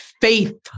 Faith